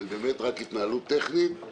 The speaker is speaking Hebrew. זה באמת רק התנהלות טכנית שטובה לנו.